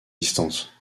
distances